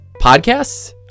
podcasts